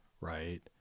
Right